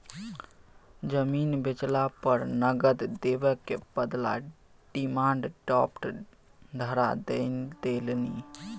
जमीन बेचला पर नगद देबाक बदला डिमांड ड्राफ्ट धरा देलनि